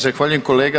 Zahvaljujem, kolega.